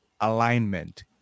alignment